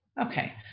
Okay